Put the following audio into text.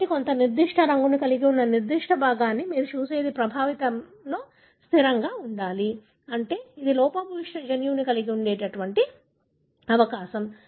కాబట్టి నిర్దిష్ట రంగును కలిగి ఉన్న నిర్దిష్ట భాగాన్ని మీరు చూసేది ప్రభావితంలో స్థిరంగా ఉండాలి అంటే అది లోపభూయిష్ట జన్యువును కలిగి ఉండే అవకాశం